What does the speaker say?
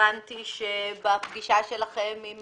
הבנתי שבפגישה שלכם עם